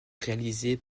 réalisés